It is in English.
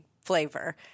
flavor